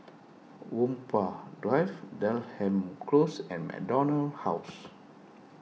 Whampoa Drive Denham Close and MacDonald House